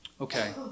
Okay